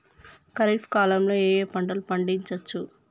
ఖరీఫ్ కాలంలో ఏ ఏ పంటలు పండించచ్చు?